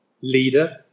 leader